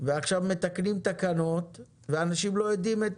מתקנים תקנות ואנשים לא יודעים.